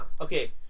Okay